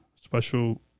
Special